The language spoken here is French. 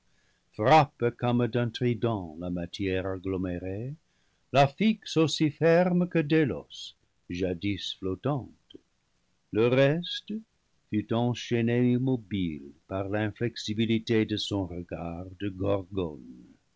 frappe comme d'un trident la matière agglomérée la fixe aussi ferme que délos jadis flottante le reste fut enchaîné immobile par l'inflexibilité de son regard de gorgone